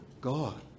God